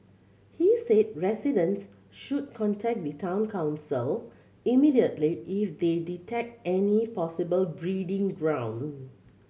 he said residents should contact the Town Council immediately if they detect any possible breeding ground